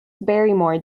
barrymore